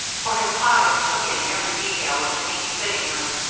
for his eyes took in every detail of the neat sitting-room,